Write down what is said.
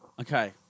Okay